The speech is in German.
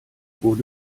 wurde